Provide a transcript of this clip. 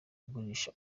kugurisha